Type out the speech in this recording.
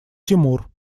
тимур